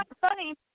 funny